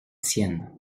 sienne